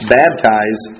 baptize